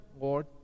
Lord